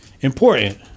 important